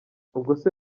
ubwose